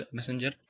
Messenger